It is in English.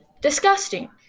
Disgusting